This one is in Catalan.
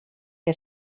què